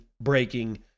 breaking